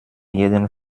jeden